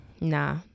nah